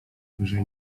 wyżej